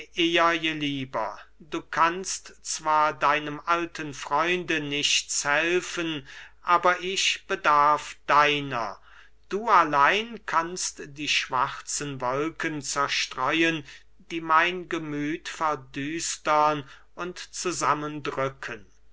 eher je lieber du kannst zwar deinem alten freunde nichts helfen aber ich bedarf deiner du allein kannst die schwarzen wolken zerstreuen die mein gemüth verdüstern und zusammendrücken